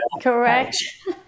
Correct